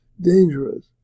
dangerous